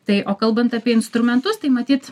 tai o kalbant apie instrumentus tai matyt